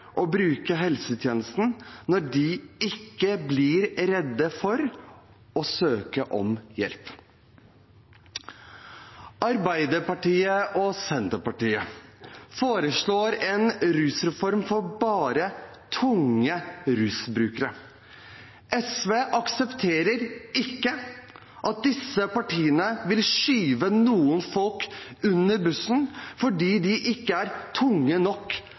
å bruke helsetjenesten når de ikke blir redde for å søke om hjelp. Arbeiderpartiet og Senterpartiet foreslår en rusreform for bare «tunge» rusbrukere. SV aksepterer ikke at disse partiene vil skyve noen folk under bussen fordi de ikke er tunge nok